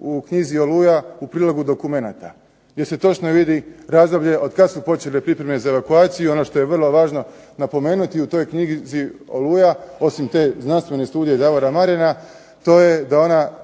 u knjizi "Oluja" u prilogu dokumenata, gdje se točno vidi razdoblje od kad su počele pripreme za evakuaciju, ono što je vrlo važno napomenuti u toj knjizi "Oluja", osim te znanstvene studije Davora …/Govornik se ne